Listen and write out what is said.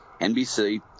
NBC